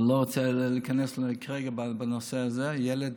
אבל אני לא רוצה להיכנס כרגע לנושא הזה של הילד